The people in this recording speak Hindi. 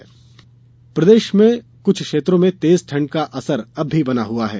मौसम प्रदेश में कुछ क्षेत्रों में तेज ठंड का असर अभी भी बना हुआ है